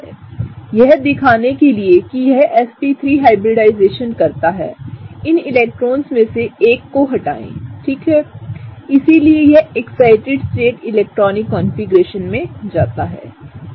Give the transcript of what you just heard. यह दिखाने के लिए कि यहsp3हाइब्रिडाइजेशनकरता हैइन इलेक्ट्रॉनों में से एक को हटाएं ठीक है इसलिए यह एक्साइटिड स्टेट इलेक्ट्रॉनिक कॉन्फ़िगरेशन में जाता है